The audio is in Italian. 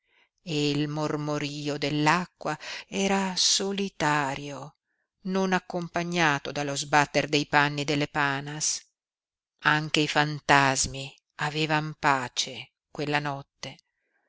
il mormorio dell'acqua era solitario non accompagnato dallo sbatter dei panni delle panas anche i fantasmi avevan pace quella notte